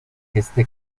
este